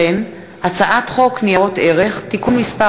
הצעת חוק ניירות ערך (תיקון מס'